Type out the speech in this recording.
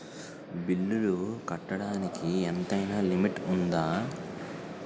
బిల్లులు కట్టడానికి ఎంతైనా లిమిట్ఉందా?